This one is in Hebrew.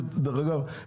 דרך אגב,